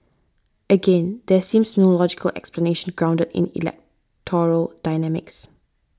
again there seems no logical explanation grounded in electoral dynamics